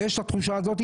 ויש את התחושה הזאת.